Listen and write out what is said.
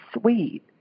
sweet